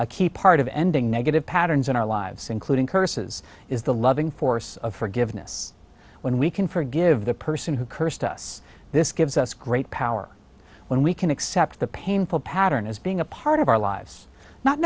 a key part of ending negative patterns in our lives including curses is the loving force of forgiveness when we can forgive the person who cursed us this gives us great power when we can accept the painful pattern as being a part of our lives not